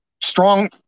strong